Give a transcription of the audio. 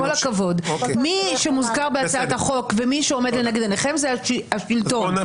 מי שמוזכר בהצעת החוק ועומד לנגד עיניכם זה השלטון,